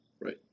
Right